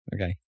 okay